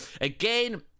Again